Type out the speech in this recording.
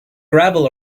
gravel